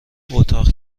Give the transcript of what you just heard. اتاق